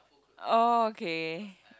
okay